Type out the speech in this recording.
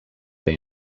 they